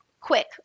quick